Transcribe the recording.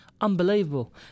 Unbelievable